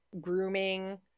grooming